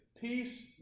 Peace